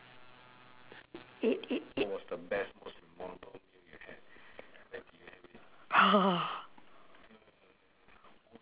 eat eat eat !whoa!